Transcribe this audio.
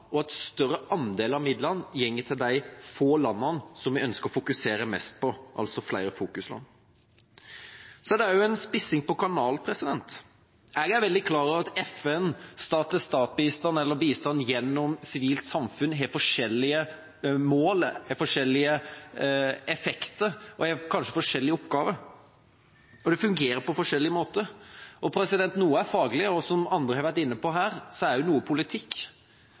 og at en større andel av midlene går til de få landene vi ønsker å fokusere mest på, altså flere fokusland. Så er det også en spissing vedrørende kanal. Jeg er veldig klar over at FNs stat-til-stat-bistand og bistand gjennom Sivilt samfunn har forskjellige mål, forskjellige effekter og kanskje forskjellige oppgaver. De fungerer på forskjellig måte. Noe er faglig, og som andre har vært inne på her, er også noe politikk.